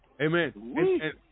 Amen